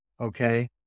okay